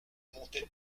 montait